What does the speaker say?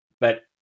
But-